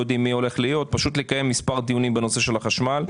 יודעים מי הוא יהיה פשוט לקיים מספר דיונים בנושא החשמל.